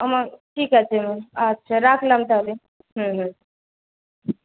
আমার ঠিক আছে আচ্ছা রাখলাম তাহলে হুম হুম